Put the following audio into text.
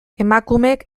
emakumeek